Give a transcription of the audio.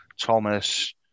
Thomas